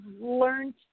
learned